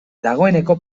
dagoeneko